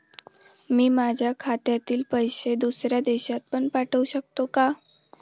मी माझ्या खात्यातील पैसे दुसऱ्या देशात पण पाठवू शकतो का?